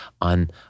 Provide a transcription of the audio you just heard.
on